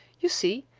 you see,